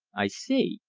i see,